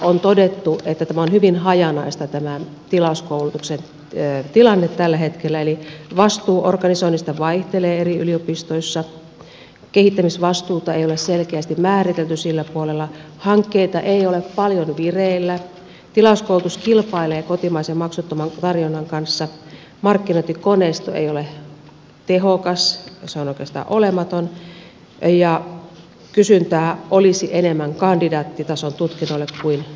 on todettu että tämä on hyvin hajanaista tämän tilauskoulutuksen tilanne tällä hetkellä on hyvin hajanainen eli vastuu organisoinnista vaihtelee eri yliopistoissa kehittämisvastuuta ei ole selkeästi määritelty sillä puolella hankkeita ei ole paljon vireillä tilauskoulutus kilpailee kotimaisen maksuttoman tarjonnan kanssa markkinointikoneisto ei ole tehokas se on oikeastaan olematon ja kysyntää olisi enemmän kandidaattitason tutkinnoille kuin maisteritason tutkinnoille